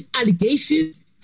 allegations